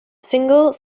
single